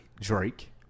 Drake